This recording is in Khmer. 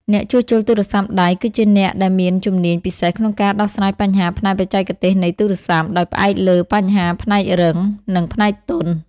អ្នកជួសជុលទូរស័ព្ទដៃគឺជាអ្នកមានជំនាញពិសេសក្នុងការដោះស្រាយបញ្ហាផ្នែកបច្ចេកទេសនៃទូរស័ព្ទ ដោយផ្អែកលើបញ្ហាផ្នែករឹង និងផ្នែកទន់។